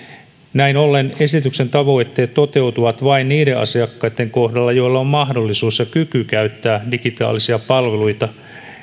näin ollen esityksen tavoitteet toteutuvat vain niiden asiakkaitten kohdalla joilla on mahdollisuus ja kyky käyttää digitaalisia palveluita